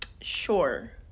Sure